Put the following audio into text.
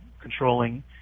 controlling